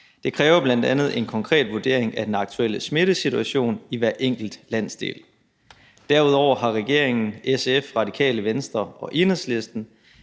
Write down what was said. Det kræver bl.a. en konkret vurdering af den aktuelle smittesituation i hver enkelt landsdel. Derudover har regeringen, SF, Radikale Venstre og Enhedslisten